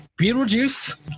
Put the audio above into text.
Beetlejuice